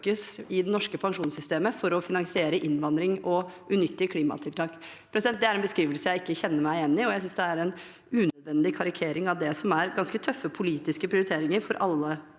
i det norske pensjonssystemet for å finansiere innvandring og unyttige klimatiltak. Det er en beskrivelse jeg ikke kjenner meg igjen i, og jeg synes det er en unødvendig karikering av det som er ganske tøffe politiske prioriteringer for alle